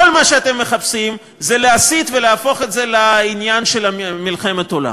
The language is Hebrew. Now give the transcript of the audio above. כל מה שאתם מחפשים זה להסית ולהפוך את זה לעניין של מלחמת עולם.